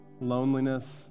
loneliness